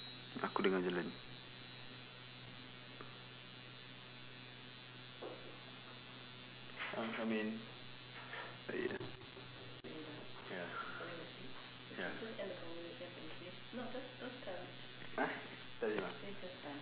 aku dengar dia jalan ah come in ya ya !huh! tell him ah